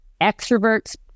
Extroverts